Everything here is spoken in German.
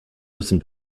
müssen